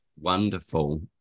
wonderful